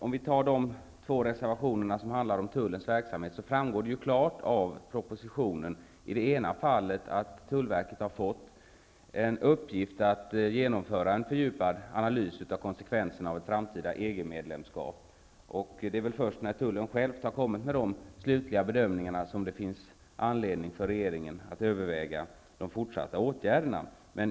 Om vi tar de två reservationer som handlar om tullens verksamhet, framgår det ju klart av propositionen att tullverket i det ena fallet har fått uppgiften att genomföra en fördjupad analys av konsekvensen av ett framtida EG-medlemskap. Det är väl först när tullen själv har kommit med de slutliga bedömningarna som det finns anledning för regeringen att överväga de fortsatta åtgärderna.